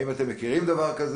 האם אתם מכירים את זה?